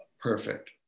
perfect